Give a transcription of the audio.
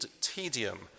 tedium